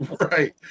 Right